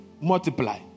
multiply